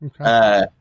Okay